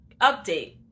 update